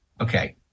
Okay